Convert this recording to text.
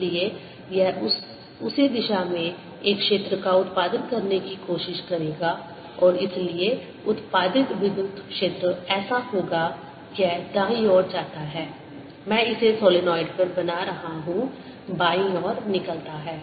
इसलिए यह उसी दिशा में एक क्षेत्र का उत्पादन करने की कोशिश करेगा और इसलिए उत्पादित विद्युत क्षेत्र ऐसा होगा यह दाईं ओर जाता है मैं इसे सोलेनोइड पर बना रहा हूं और बाईं ओर निकलता है